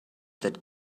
that